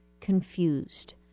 confused